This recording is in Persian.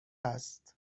است